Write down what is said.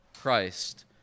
Christ